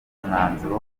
umwanzuro